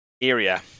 area